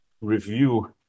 review